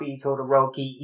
Todoroki